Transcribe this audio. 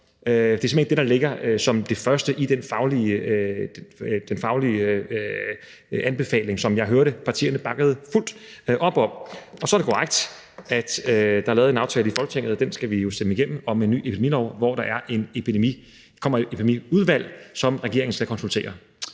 Det er simpelt hen ikke det, der ligger som det første i den faglige anbefaling, som jeg hørte at partierne bakkede helt op om. Så er det korrekt, at der er lavet en aftale i Folketinget – og den skal vi stemme igennem – om en ny epidemilov, hvor der kommer et epidemiudvalg, som regeringen så konsulterer.